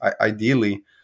ideally